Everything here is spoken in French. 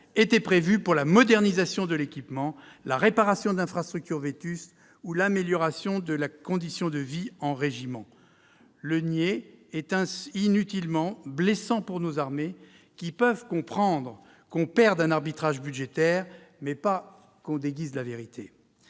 prévues pour la modernisation de l'équipement, la réparation d'infrastructures vétustes ou l'amélioration de la condition de vie en régiment. Le nier est inutilement blessant pour nos armées, qui peuvent comprendre que l'on perde un arbitrage budgétaire, mais pas que l'on déguise la vérité.